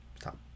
Stop